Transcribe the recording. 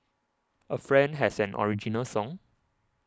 a friend has an original song